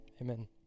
amen